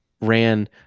ran